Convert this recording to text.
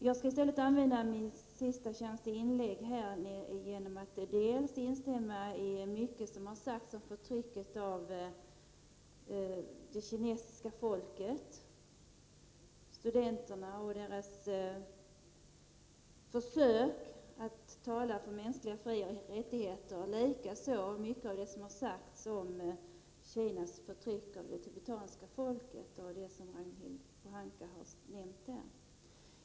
Jag skall i stället använda min sista chans till inlägg till att instämma i mycket av det som sagts om förtrycket av det kinesiska folket, studenterna och deras försök att tala för mänskliga frioch rättigheter. Likaså vill jag instämma i mycket av det som har sagts om Kinas förtryck av det tibetanska folket, vilket Ragnhild Pohanka har nämnt.